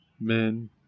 men